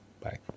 bye